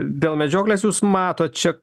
dėl medžioklės jūs matot čia